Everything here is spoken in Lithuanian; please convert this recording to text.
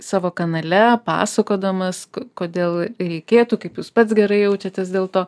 savo kanale pasakodamas kodėl reikėtų kaip jūs pats gerai jaučiatės dėl to